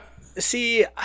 See